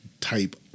type